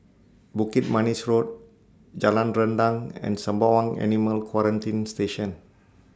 Bukit Manis Road Jalan Rendang and Sembawang Animal Quarantine Station